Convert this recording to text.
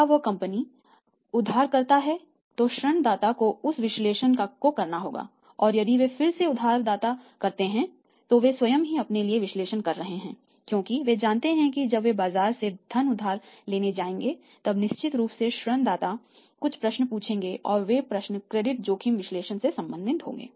क्या वह कंपनी उधारकर्ता है तो ऋण दाता को उस विश्लेषण को करना होगा और यदि वे फिर से उधारकर्ता करते हैं तो वे स्वयं ही अपने लिए विश्लेषण कर रहे हैं क्योंकि वे जानते हैं कि जब वे बाजार से धन उधार लेने जाएंगे तब निश्चित रूप से ऋण दाता कुछ प्रश्न पूछेंगे और वे प्रश्न क्रेडिट जोखिम विश्लेषण से संबंधित होंगे